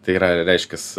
tai yra reiškias